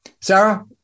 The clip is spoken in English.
Sarah